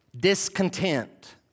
Discontent